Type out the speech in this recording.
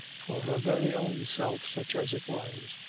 for her very own self such as it was,